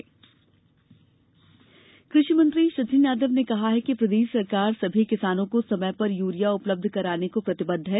urea संकट कृषि मंत्री सचिन यादव ने कहा कि प्रदेश सरकार सभी किसानों को समय पर यूरिया उपलब्ध कराने को प्रतिबद्ध है